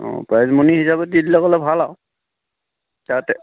অঁ prize money হিচাপে দি দিলে ক'লে ভাল আৰু তাতে